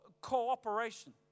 cooperation